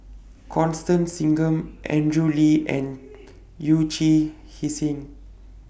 Constance Singam Andrew Lee and Yee Chia Hsing